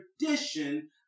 tradition